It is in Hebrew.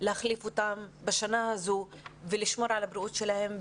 להחליף אותם בשנה הזו ולשמור על הבריאות שלהם?